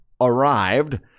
arrived